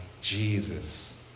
Jesus